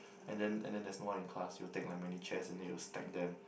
and then and then there's no one in class you'll take like many chair and then you'll stack them